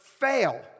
fail